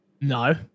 No